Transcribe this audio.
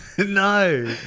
No